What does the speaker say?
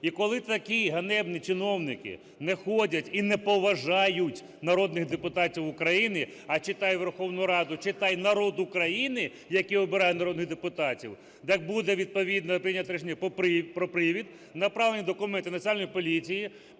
і коли такі ганебні чиновники не ходять і не поважають народних депутатів України (а читай: Верховну Раду; читай: народ України, який обирає народних депутатів), так буде відповідно прийнято рішення про привід, направлення документів Національній поліції.